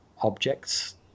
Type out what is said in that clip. objects